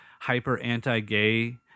hyper-anti-gay